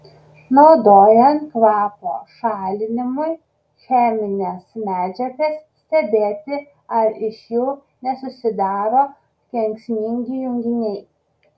naudojant kvapo šalinimui chemines medžiagas stebėti ar iš jų nesusidaro kenksmingi junginiai